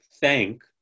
thank